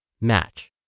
Match